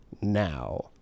now